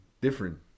different